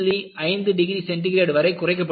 5 degree centigrade வரை குறைக்கப்பட்டுள்ளது